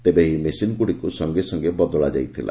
ତେବେ ଏହି ମେସିନଗୁଡ଼ିକୁ ସଙ୍ଗେସଙ୍ଗେ ବଦଳାଯାଇଥିଲା